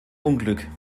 unglück